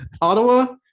Ottawa